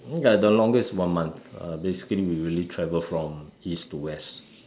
ya the longest is one month uh basically we really travelled from east to west